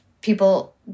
people